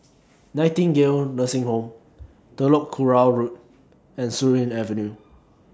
Nightingale Nursing Home Telok Kurau Road and Surin Avenue